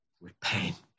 repent